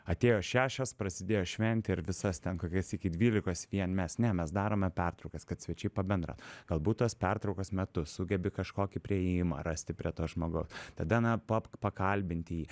atėjo šešios prasidėjo šventė ir visas ten kokias iki dvylikos vien mes ne mes darome pertraukas kad svečiai pabendrautų galbūt tos pertraukos metu sugebi kažkokį priėjimą rasti prie to žmogaus tada na pa pakalbinti jį